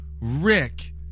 Rick